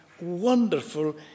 wonderful